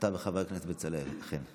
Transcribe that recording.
אתה וחבר הכנסת בצלאל, אכן.